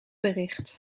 bericht